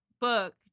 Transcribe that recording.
book